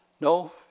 No